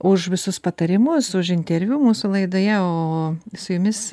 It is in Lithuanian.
už visus patarimus už interviu mūsų laidoje o su jumis